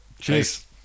cheers